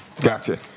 Gotcha